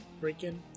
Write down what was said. freaking